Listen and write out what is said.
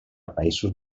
països